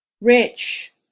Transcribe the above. rich